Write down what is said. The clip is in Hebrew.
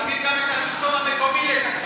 תעביר גם את השלטון המקומי לתקציב דו-שנתי.